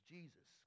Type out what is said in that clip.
Jesus